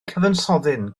cyfansoddyn